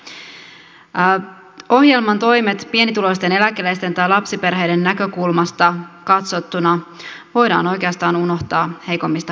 mitä tulee ohjelman toimiin pienituloisten eläkeläisten tai lapsiperheiden näkökulmasta katsottuna voidaan oikeastaan unohtaa heikommista huolehtiminen